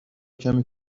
کمی